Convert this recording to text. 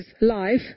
life